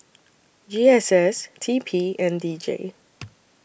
G S S T P and D J